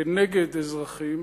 כנגד אזרחים.